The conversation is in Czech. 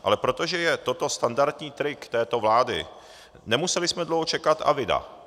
Ale protože je toto standardní trik této vlády, nemuseli jsme dlouho čekat a vida.